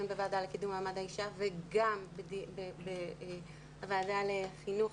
בוועדה לקידום מעמד האישה וגם בוועדת החינוך,